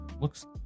looks